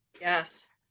Yes